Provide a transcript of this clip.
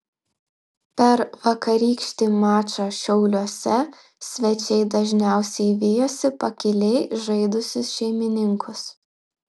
per vakarykštį mačą šiauliuose svečiai dažniausiai vijosi pakiliai žaidusius šeimininkus